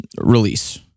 release